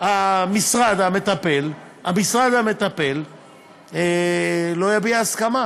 המשרד המטפל לא יביע הסכמה.